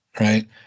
right